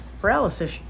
paralysis